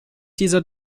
dieser